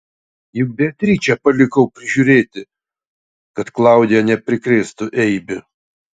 juk beatričę palikau prižiūrėti kad klaudija neprikrėstų eibių